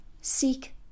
seek